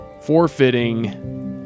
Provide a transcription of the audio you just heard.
forfeiting